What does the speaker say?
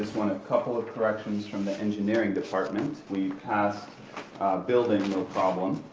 couple of corrections from the engineering department we passed building no problem